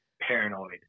paranoid